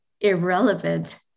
irrelevant